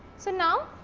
so, now,